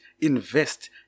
Invest